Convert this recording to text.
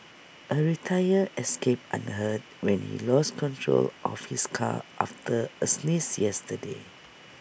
A retire escaped unhurt when he lost control of his car after A sneeze yesterday